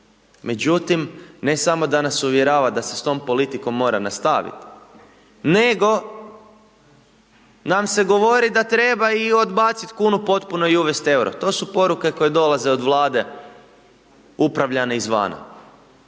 Međutim, ne samo da nas uvjerava da se s tom politikom mora nastaviti, nego, nam se govoriti da treba odbaciti kunu potpuno i uvesti euro. To su poruke koje dolaze od vlade upravljane iz vana,